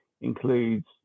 includes